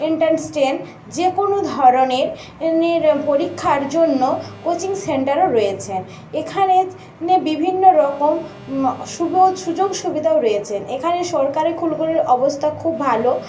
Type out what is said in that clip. এন্টানস্টেন যে কোনও ধরনের নের পরীক্ষার জন্য কোচিং সেন্টারও রয়েছে এখানে নে বিভিন্ন রকম সুবোঝ সুযোগ সুবিধাও রয়েছেন এখানে সরকারি স্কুলগুলোর অবস্থা খুব ভালো